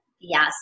Yes